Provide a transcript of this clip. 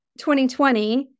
2020